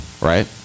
right